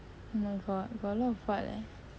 oh my god got a lot of what leh